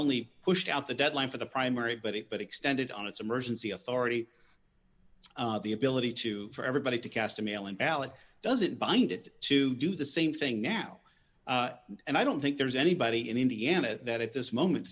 only pushed out the deadline for the primary but it but extended on its emergency authority the ability to for everybody to cast a mail in ballot doesn't bind it to do the same thing now and i don't think there's anybody and in the end of that at this moment